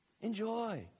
enjoy